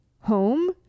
home